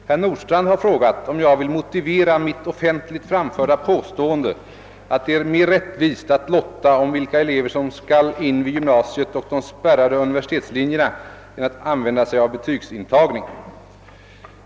Herr talman! Herr Nordstrandh har frågat, om jag vill motivera mitt offentligt framförda påstående att det är mer rättvist att lotta om vilka elever som skall in vid gymnasiet och de spärrade universitetslinjerna än att använda sig av betygsintagning.